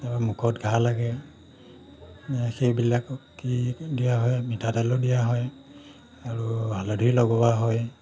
তাৰপৰা মুখত ঘা লাগে সেইবিলাকত কি দিয়া হয় মিঠাতেলো দিয়া হয় আৰু হালধি লগোৱা হয়